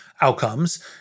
outcomes